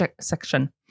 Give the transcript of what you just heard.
section